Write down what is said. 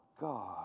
God